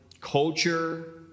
culture